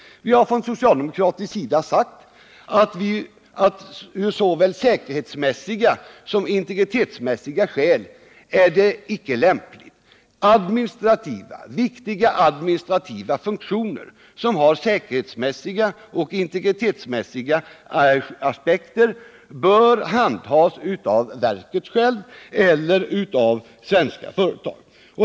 Vi har från socialdemokratisk sida sagt att av såväl säkerhetsmässiga som integritetsmässiga skäl är detta icke lämpligt. Viktiga administrativa funktioner som har säkerhetsmässiga och integritetsmässiga aspekter bör handhas av verket självt eller av svenska företag.